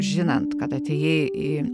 žinant kad atėjai į